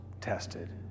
tested